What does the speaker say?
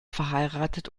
verheiratet